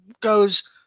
goes